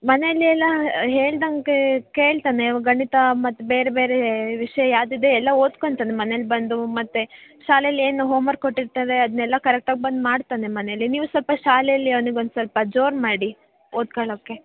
ಮನೇಲ್ಲಿ ಎಲ್ಲ ಹೇಳಿದಂಗೆ ಕೇಳ್ತಾನೆ ಗಣಿತ ಮತ್ತು ಬೇರೆ ಬೇರೆ ವಿಷಯ ಯಾವುದಿದೆ ಎಲ್ಲ ಓದ್ಕೊಂತಾನೆ ಮನೆಲ್ಲಿ ಬಂದು ಮತ್ತೆ ಶಾಲೆಲ್ಲಿ ಏನು ಹೋಮರ್ಕ್ ಕೊಟ್ಟಿರ್ತಾರೆ ಅದನ್ನೆಲ್ಲ ಕರೆಕ್ಟಾಗಿ ಬಂದು ಮಾಡ್ತಾನೆ ಮನೇಲ್ಲಿ ನೀವು ಸ್ವಲ್ಪ ಶಾಲೆಯಲ್ಲಿ ಅವ್ನಿಗೊಂದು ಸ್ವಲ್ಪ ಜೋರು ಮಾಡಿ ಓದ್ಕೊಳಕ್ಕೆ